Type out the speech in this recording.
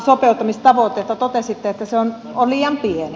totesitte että se on liian pieni